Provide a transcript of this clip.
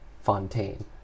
Fontaine